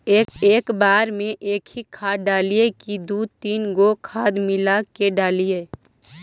एक बार मे एकही खाद डालबय की दू तीन गो खाद मिला के डालीय?